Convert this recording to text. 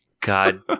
God